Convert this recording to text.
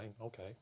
Okay